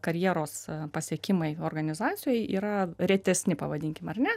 karjeros pasiekimai organizacijoj yra retesni pavadinkim ar ne